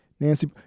Nancy